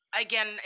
again